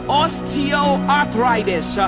osteoarthritis